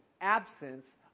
absence